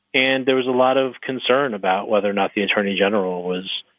and there was a lot of concern about whether or not the attorney general was,